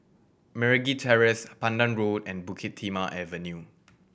Meragi Terrace Pandan Road and Bukit Timah Avenue